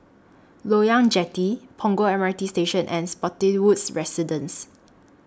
Loyang Jetty Punggol M R T Station and Spottiswoode Residences